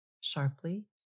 sharply